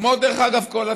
כמו, דרך אגב, כל הצעה,